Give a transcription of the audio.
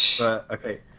Okay